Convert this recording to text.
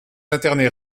internés